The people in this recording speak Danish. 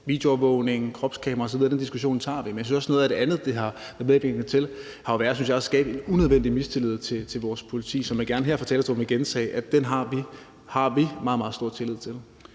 videoovervågning, kropskamera osv., og den diskussion tager vi. Men jeg synes også, at noget af det andet, det har medvirket til, har været at skabe en unødvendig mistillid til vores politi, som vi – og det vil jeg gerne gentage her fra talerstolen – har meget, meget stor tillid til.